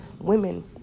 Women